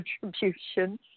contributions